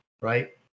right